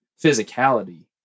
physicality